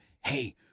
hey-